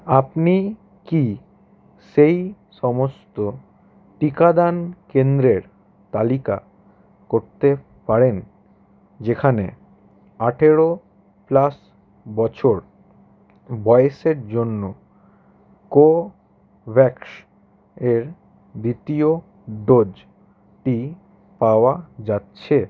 আপনি কি সেই সমস্ত টিকাদান কেন্দ্রের তালিকা করতে পারেন যেখানে আঠারো প্লাস বছর বয়সের জন্য কোভ্যাক্স এর দ্বিতীয় ডোজটি পাওয়া যাচ্ছে